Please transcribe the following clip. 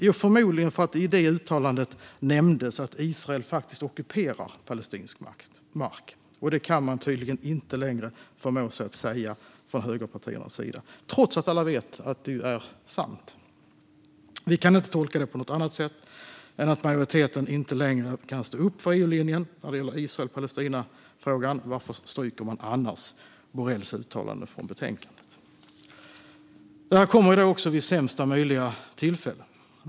Jo, förmodligen därför att det i uttalandet nämndes att Israel faktiskt ockuperar palestinsk mark, och det kan man tydligen inte längre förmå sig att säga från högerpartiernas sida - trots att alla vet att det är sant. Vi kan inte tolka det på något annat sätt än att majoriteten inte längre kan stå upp för EU-linjen när det gäller Israel-Palestina-frågan. Varför stryker man annars Borrells uttalande från betänkandet? Detta kommer också vid sämsta möjliga tillfälle.